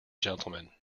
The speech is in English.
gentlemen